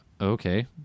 okay